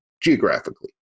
geographically